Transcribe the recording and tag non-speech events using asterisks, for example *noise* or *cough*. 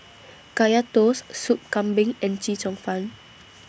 *noise* Kaya Toast Soup Kambing and Chee Cheong Fun